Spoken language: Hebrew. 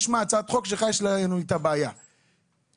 תשמע יש לנו בעיה עם הצעת החוק שלך.